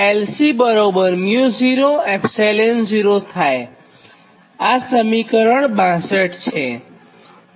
આ સમીકરણ 62 છે